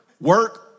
work